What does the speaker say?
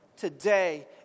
today